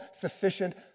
sufficient